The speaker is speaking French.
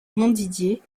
montdidier